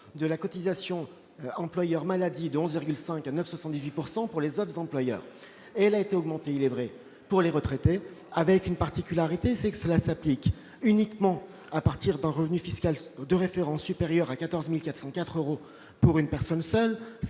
de la cotisation employeur maladie de 11 heures 59, 70 pourcent pour les autres employeurs et elle a été augmenté, il est vrai pour les retraités avec une particularité, c'est que cela s'applique uniquement à partir d'un revenu fiscal de référence supérieure à 14404 euros pour une personne seule,